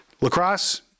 Lacrosse